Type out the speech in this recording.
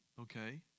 okay